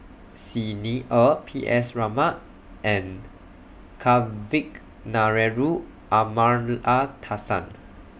Xi Ni Er P S Raman and Kavignareru Amallathasan